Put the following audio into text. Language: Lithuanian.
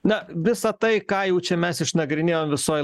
na visa tai ką jau čia mes išnagrinėjom visoj